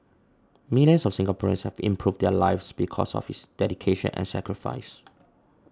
millions of Singaporeans have improved their lives because of his dedication and sacrifice